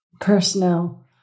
personnel